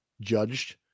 judged